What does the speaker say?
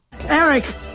Eric